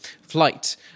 flight